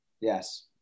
Yes